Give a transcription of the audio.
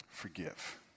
Forgive